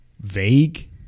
vague